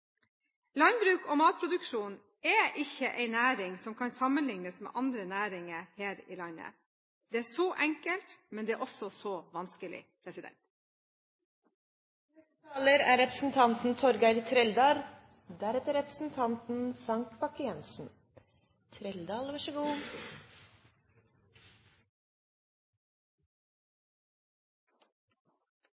Landbruk og matproduksjon er ikke en næring som kan sammenlignes med andre næringer her i landet. Det er så enkelt, men også så vanskelig. Jeg ønsker å kommentere noen påstander som er